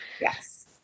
Yes